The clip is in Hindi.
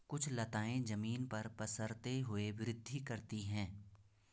कुछ लताएं जमीन पर पसरते हुए वृद्धि करती हैं